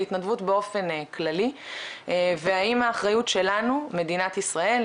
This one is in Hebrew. להתנדבות באופן כללי והאם האחריות שלנו מדינת ישראל,